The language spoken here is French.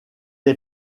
est